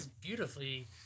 beautifully